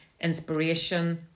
inspiration